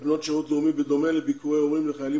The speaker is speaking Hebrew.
לבנות שירות לאומי בדומה לביקורי הורים לחיילים